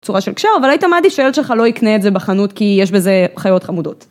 צורה של קשור, אבל היית מעדיף שהילד שלך לא יקנה את זה בחנות כי יש בזה חיות חמודות.